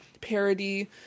parody